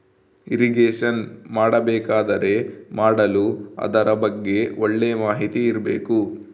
irrigation ಮಾಡಬೇಕಾದರೆ ಮಾಡಲು ಅದರ ಬಗ್ಗೆ ಒಳ್ಳೆ ಮಾಹಿತಿ ಇರ್ಬೇಕು